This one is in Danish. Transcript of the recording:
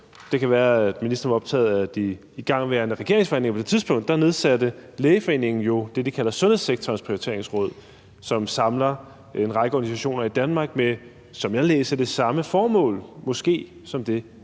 det kan være, at ministeren var mere optaget af de igangværende regeringsforhandlinger på det tidspunkt – nedsatte Lægeforeningen jo det, de kalder Sundhedssektorens Prioriteringsråd, som samler en række organisationer i Danmark, måske med det samme formål, sådan som jeg